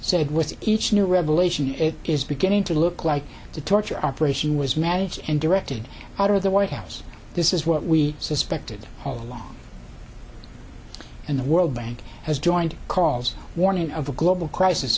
said with each new revelation it is beginning to look like the torture operation was managed and directed out of the white house this is what we suspected all along and the world bank has joined calls war in of the global crisis